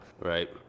Right